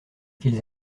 qu’ils